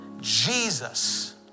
Jesus